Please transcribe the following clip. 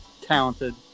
talented